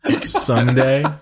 Sunday